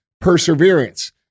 perseverance